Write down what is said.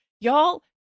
y'all